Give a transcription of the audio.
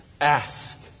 Ask